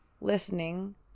listening